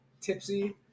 tipsy